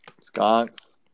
Skunks